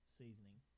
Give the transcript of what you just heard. seasoning